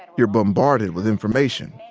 you're bombarded with information.